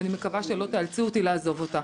ואני מקווה שלא תאלצו אותי לעזוב אותה.